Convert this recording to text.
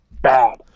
Bad